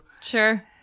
Sure